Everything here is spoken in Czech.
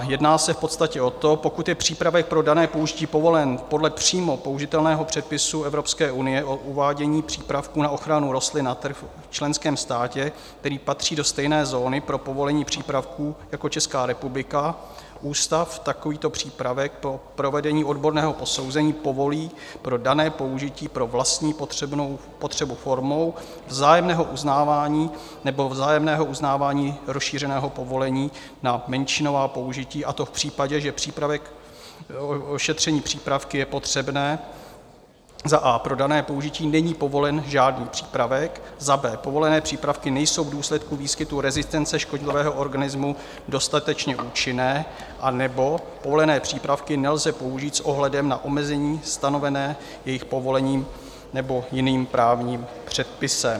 Jedná se v podstatě o to, pokud je přípravek pro dané použití povolen podle přímo použitelného předpisu Evropské unie o uvádění přípravku na ochranu rostlin na trh v členském státě, který patří do stejné zóny pro povolení přípravků jako Česká republika, ústav takovýto přípravek po provedení odborného posouzení povolí pro dané použití pro vlastní potřebu formou vzájemného uznávání nebo vzájemného uznávání rozšířeného povolení na menšinová použití, a to v případě, že přípravek, ošetření přípravky je potřebné za a) pro dané použití není povolen žádný přípravek, za b) povolené přípravky nejsou v důsledku výskytu rezistence škodlivého organismu dostatečně účinné anebo volené přípravky nelze použít s ohledem na omezení stanovené jejich povolením nebo jiným právním předpisem.